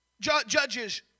Judges